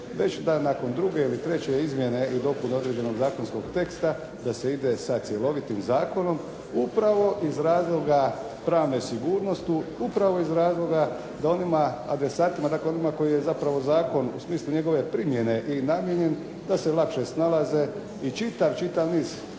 već da nakon druge ili treće izmjene i dopune određenog zakonskog teksta, da se ide sa cjelovitim zakonom, upravo iz razloga pravne sigurnosti, upravo iz razloga da onima adresatima, dakle onima koje je zapravo zakon u smislu njegove primjene i namijenjen da se lakše snalaze i čitav, čitav niz